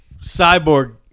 cyborg